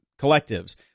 collectives